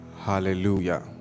Hallelujah